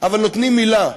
אבל נותנים מילה,